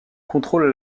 contrôle